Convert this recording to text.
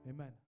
Amen